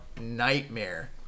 nightmare